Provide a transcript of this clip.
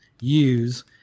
use